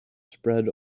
spread